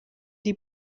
die